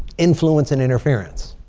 influence and interference.